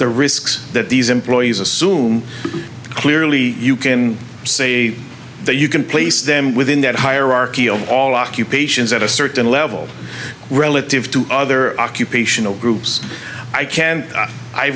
the risks that these employees assume clearly you can say that you can place them within that hierarchy of all occupations at a certain level relative to other occupational groups i can